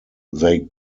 they